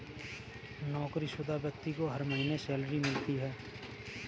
नौकरीशुदा व्यक्ति को हर महीने सैलरी मिलती है